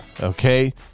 okay